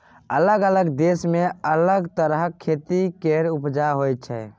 अलग अलग देश मे अलग तरहक खेती केर उपजा होइ छै